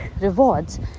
rewards